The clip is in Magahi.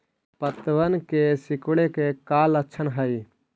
पत्तबन के सिकुड़े के का लक्षण हई?